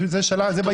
זה בהסתייגות.